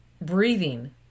breathing